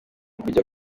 kujya